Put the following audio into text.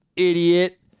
idiot